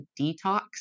detox